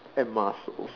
and mussels